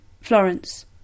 Florence